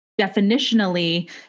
definitionally